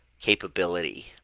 capability